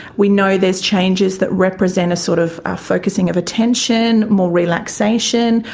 we know there's changes that represent a sort of focussing of attention, more relaxation,